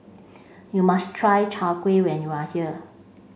you must try Chai Kueh when you are here